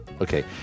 Okay